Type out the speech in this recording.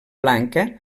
blanca